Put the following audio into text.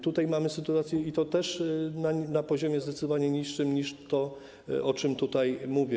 Tutaj mamy inną sytuację i to też jest na poziomie zdecydowanie niższym niż to, o czym tutaj mówię.